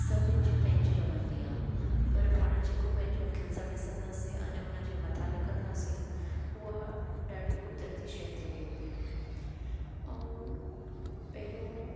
सभिनि जी पंहिंजी रहंदी आहे पर पाण जेको पंहिंजी अखियुनि सां ॾिसंदासीं आने उन जे मथां लिखंदासीं उहा ॾाढी कुदरती शइ थी वेंदी ऐं पहिरियों